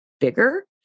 bigger